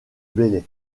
belley